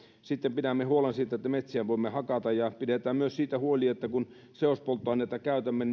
sitten pidämme huolen siitä että metsiä voimme hakata ja pidetään myös siitä huoli että kun seospolttoaineita käytämme